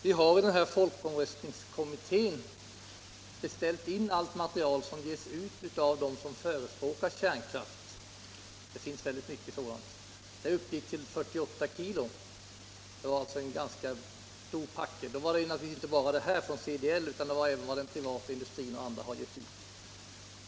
Vi har i folkomröstningskommittén beställt allt material som ges ut av dem som förespråkar kärnkraft. Det finns mycket sådant material; det uppgår nu till 48 kg, alltså en ganska stor packe. Det är naturligtvis inte bara materialet från CDL utan även vad den privata industrin och andra har gett ut.